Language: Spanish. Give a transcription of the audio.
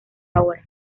ahora